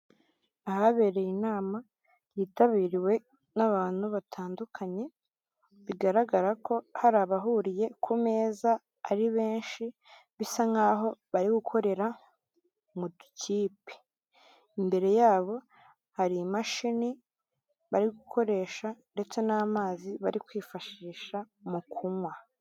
Ahabereye inama yitabiriwe n'abantu batandukanye, bigaragara ko hari abahuriye ku meza ari benshi, bisa nk'aho bari gukorera mu dukipe, imbere yabo hari imashini bari gukoresha ndetse n'amazi bari kwifashisha mu kunywa.